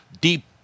deep